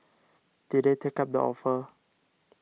did they take up the offer